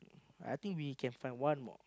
I think we can find one more